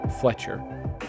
Fletcher